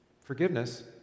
Forgiveness